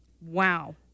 Wow